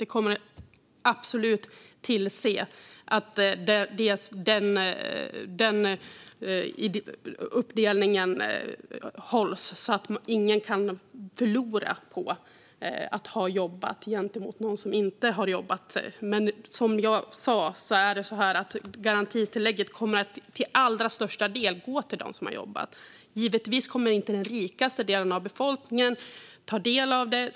Vi kommer absolut att tillse att den uppdelningen hålls så att ingen kan förlora på att ha jobbat gentemot någon som inte har jobbat. Som jag sa kommer garantitillägget till allra största del att gå till dem som har jobbat. Givetvis kommer inte den rikaste delen av befolkningen att ta del av det.